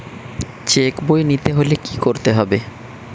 Check বই নিতে হলে কি করতে হবে?